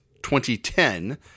2010